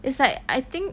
it's like I think